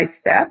step